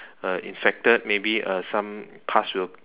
uh infected uh maybe some pus will